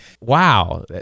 Wow